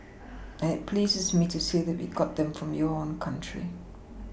and pleases me to say that we got them from your own country